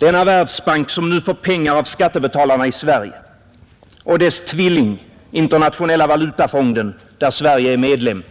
Denna Världsbank, som nu får pengar av skattebetalarna i Sverige, och dess tvilling, Internationella valutafonden, där Sverige är medlem,